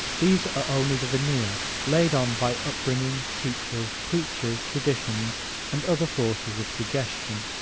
these are only the veneer laid on by upbringing, teachers, preachers, traditions and other forces of suggestion,